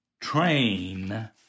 train